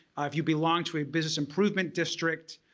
if you belong to a business improvement district,